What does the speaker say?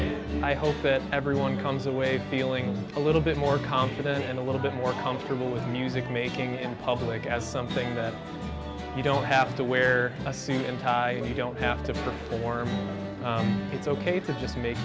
and i hope that everyone comes away feeling a little bit more confident and a little bit more comfortable with music making and public as something that you don't have to wear a suit and tie you don't have to perform it's ok to just make